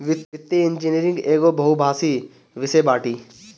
वित्तीय इंजनियरिंग एगो बहुभाषी विषय बाटे